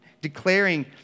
declaring